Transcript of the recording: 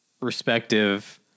respective